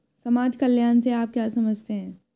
समाज कल्याण से आप क्या समझते हैं?